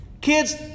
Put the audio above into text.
Kids